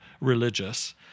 religious